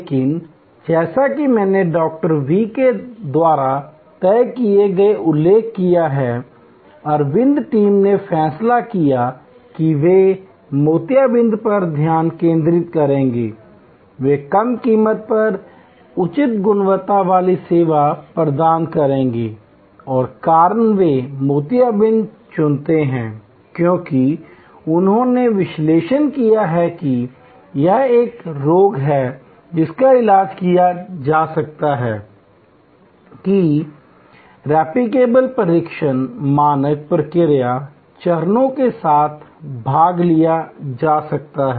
लेकिन जैसा कि मैंने डॉ वी द्वारा तय किए गए उल्लेख किया है अरविंद टीम ने फैसला किया कि वे मोतियाबिंद पर ध्यान केंद्रित करेंगे वे कम कीमत पर उच्च गुणवत्ता वाली सेवा प्रदान करेंगे और कारण वे मोतियाबिंद चुनते हैं क्योंकि उन्होंने विश्लेषण किया कि यह एक राग है जिसका इलाज किया जा सकता है कि प्रतिकृतीयोग्य परीक्षण मानक प्रक्रिया चरणों के साथ भाग लिया जा सकता है